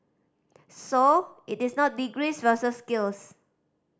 so it is not degrees versus skills